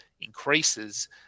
increases